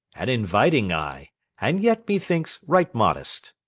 an inviting eye and yet methinks right modest.